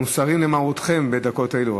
אנחנו סרים למרותכם, רק בדקות אלו.